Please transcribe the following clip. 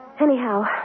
Anyhow